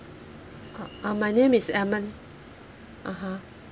ah ah my name is edmund (uh huh)